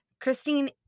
Christine